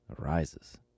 arises